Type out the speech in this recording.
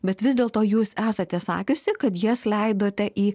bet vis dėlto jūs esate sakiusi kad jas leidote į